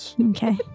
Okay